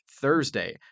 Thursday